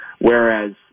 whereas